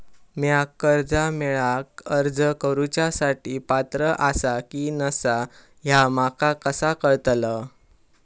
म्या कर्जा मेळाक अर्ज करुच्या साठी पात्र आसा की नसा ह्या माका कसा कळतल?